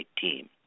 team